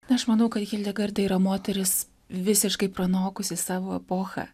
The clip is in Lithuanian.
na aš manau kad hildegarda yra moteris visiškai pranokusi savo epochą